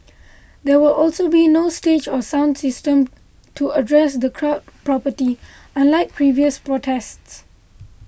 there will also be no stage or sound system to address the crowd property unlike previous protests